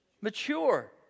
Mature